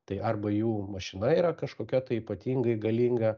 tai arba jų mašina yra kažkokia tai ypatingai galinga